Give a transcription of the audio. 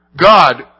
God